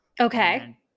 Okay